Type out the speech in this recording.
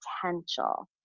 potential